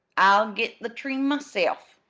i'll get the tree myself,